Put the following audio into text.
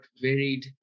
varied